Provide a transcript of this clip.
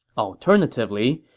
alternatively,